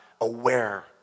aware